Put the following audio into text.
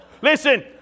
Listen